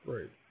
Right